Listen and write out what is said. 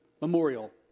memorial